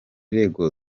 rero